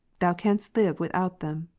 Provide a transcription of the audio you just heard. thou canst live without them?